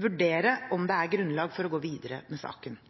vurdere om det er grunnlag for å gå videre med saken.